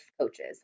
coaches